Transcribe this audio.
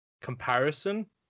comparison